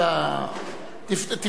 אולי אתה לא מבין.